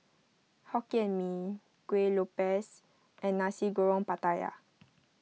Hokkien Mee Kuih Lopes and Nasi Goreng Pattaya